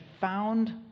found